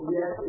Yes